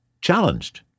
challenged